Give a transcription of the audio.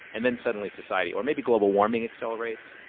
and then suddenly society or maybe global warming accelerates